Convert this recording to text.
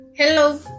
Hello